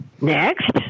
next